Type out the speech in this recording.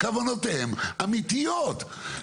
דרכון לא מעוניינים לתת לכמעט 40% שבסוף התהליך לא יהיו אתנו.